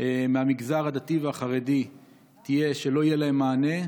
מהמגזר הדתי והחרדי תהיה שלא יהיה להם מענה.